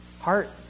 heart